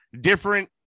different